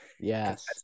Yes